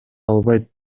албайт